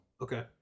Okay